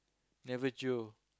never jio